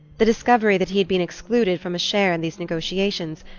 the discovery that he had been excluded from a share in these negotiations,